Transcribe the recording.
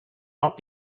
not